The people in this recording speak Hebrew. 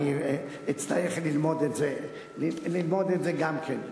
אני אצטרך ללמוד את זה גם כן.